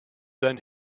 than